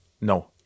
No